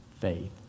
faith